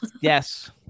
Yes